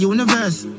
Universe